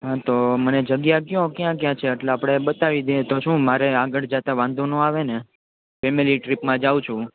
હાં તો મને જગ્યા કયો કે ક્યાં કયા અટલે આપડે બતાવી દઈએ તો શું મારે આગળ જાતા વાંઢી નો આવે ને એમને કઈ ત્રિપમાં જાવ છું